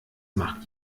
macht